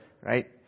right